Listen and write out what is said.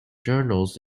journals